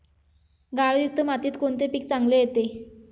गाळयुक्त मातीत कोणते पीक चांगले येते?